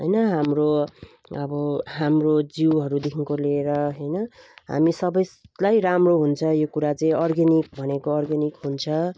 हैन हाम्रो अब हाम्रो जिउहरूदेखिन्को लिएर हैन हामी सबैलाई राम्रो हुन्छ यो कुरा चाहिँ अर्ग्यानिक भनेको अर्ग्यानिक हुन्छ